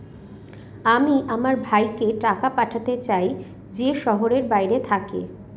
আমি আমার ভাইকে টাকা পাঠাতে চাই যে শহরের বাইরে থাকে